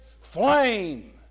flame